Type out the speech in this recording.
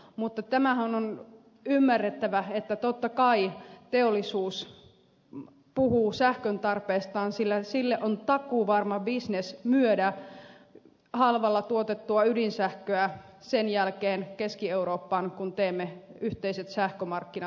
mutta tämähän on ymmärrettävää että totta kai teollisuus puhuu sähkön tarpeestaan sillä sille on takuuvarma bisnes myydä halvalla tuotettua ydinsähköä sen jälkeen keski eurooppaan kun teemme yhteiset sähkömarkkinat